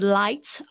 lights